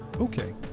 Okay